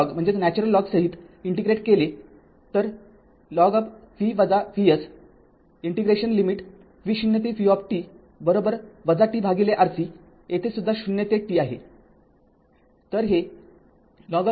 म्हणून जर हे नैसर्गिक लॉग सहीत इंटिग्रेट केले तर ln इंटिग्रेशन लिमिट v0 ते v tRc येथे सुद्धा ० ते t आहे